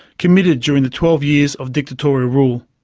committed during the twelve years of dictatorial rule.